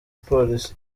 polisi